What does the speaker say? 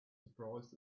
surprised